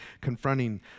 confronting